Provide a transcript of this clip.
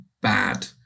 bad